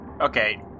Okay